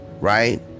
right